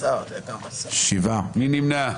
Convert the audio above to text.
מי נמנע?